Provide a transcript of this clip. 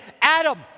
Adam